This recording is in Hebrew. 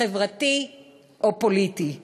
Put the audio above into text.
חברתי או פוליטי.